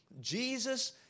Jesus